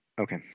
Okay